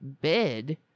bid